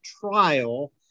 trial